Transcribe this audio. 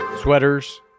sweaters